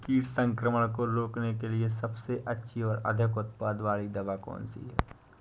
कीट संक्रमण को रोकने के लिए सबसे अच्छी और अधिक उत्पाद वाली दवा कौन सी है?